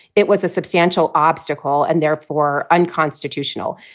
it was a substantial obstacle and therefore unconstitutional.